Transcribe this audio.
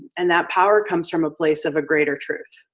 and that power comes from a place of a greater truth,